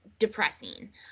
depressing